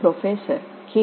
பேராசிரியர் கே